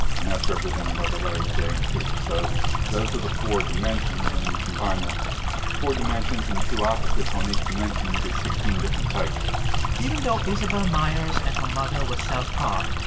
and that's represented by the letters j and p. so those are the four dimensions. and when you combine the four dimensions and the two opposites on each dimension, you get sixteen different types even though isabel myers and her mother were self-taught,